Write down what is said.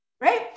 Right